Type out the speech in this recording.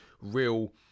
real